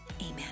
amen